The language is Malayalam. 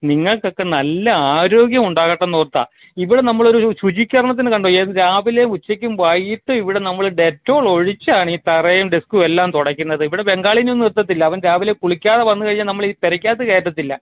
നിങ്ങൾക്കൊക്കെ നല്ല ആരോഗ്യമുണ്ടാകട്ടെയെന്നോർത്താണ് ഇതിൽ നമ്മളൊരു ശുചീകരണത്തിന് കണ്ടോ ഏന്നും രാവിലെയും ഉച്ചക്കും വൈകീട്ടും ഇവിടെ നമ്മൾ ഡെറ്റോളൊഴിച്ചാണീ തറയും ഡെസ്ക്കുമെല്ലാം തുടക്കുന്നത് ഇവിടെ ബംഗാളീനെയൊന്നും നിർത്തത്തില്ല അവൻ കുളിക്കാതെ വന്നു കഴിഞ്ഞാൽ നമ്മൾ ഈ പുരക്കകത്ത് കയറ്റത്തില്ല